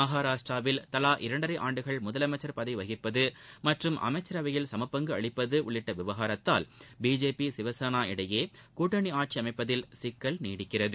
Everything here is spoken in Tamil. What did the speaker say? மகாராஷ்டிராவில் தலா இரண்டரை ஆண்டுகள் முதலமைச்சர் பதவி வகிப்பது மற்றும் அமைச்சரவையில் சமபங்கு அளிப்பது உள்ளிட்ட விவகாரத்தால் பிஜேபி சிவசேனா இடையே கூட்டணி ஆட்சி அமைப்பதில் சிக்கல் நீடிக்கிறது